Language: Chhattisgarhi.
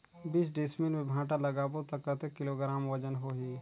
बीस डिसमिल मे भांटा लगाबो ता कतेक किलोग्राम वजन होही?